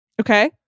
Okay